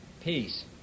peace